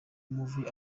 movie